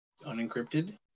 unencrypted